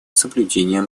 соблюдения